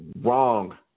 wrong